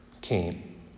came